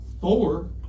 four